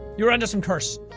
you were under some curse.